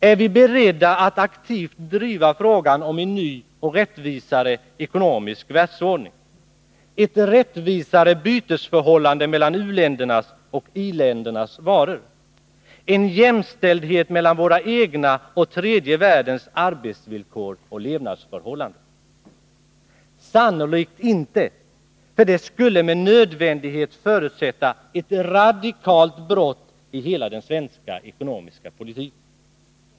Är vi beredda att aktivt driva frågan om en ny och rättvisare ekonomisk världsordning, ett rättvisare bytesförhållande mellan u-ländernas och i-ländernas varor, en jämställdhet mellan våra egna och tredje världens arbetsvillkor och levnadsförhållanden? Sannolikt inte, för det skulle med nödvändighet förutsätta ett radikalt brott i hela den svenska ekonomiska politiken.